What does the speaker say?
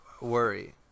worry